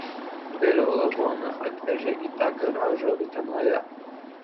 vėliau lavoną atvežė į tą garažą utenoje